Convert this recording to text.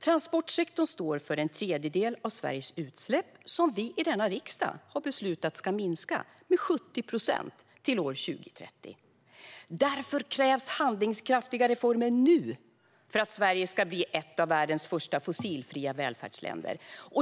Transportsektorn står för en tredjedel av Sveriges utsläpp, som vi i denna riksdag har beslutat ska minska med 70 procent till 2030. Därför krävs handlingskraftiga reformer nu för att Sverige ska bli ett av världens första fossilfria välfärdsländer.